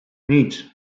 nic